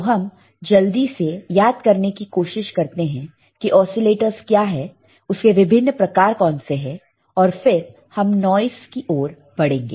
तो हम जल्दी से याद करने की कोशिश करते हैं कि ओसीलेटरस क्या है उसके विभिन्न प्रकार कौन से हैं और फिर हम नॉइस की ओर बढ़ेंगे